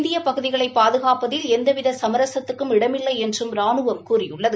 இந்திய பகுதிகளை பாதுகாப்பதில் எந்தவித சமரசத்துக்கும் இடமில்லை என்றும் ராணுவம் கூறியுள்ளது